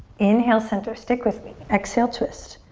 inhale center, stick with me, exhale twist.